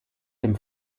dem